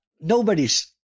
nobody's